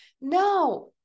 No